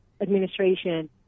administration